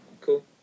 cool